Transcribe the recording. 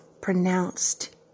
pronounced